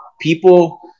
people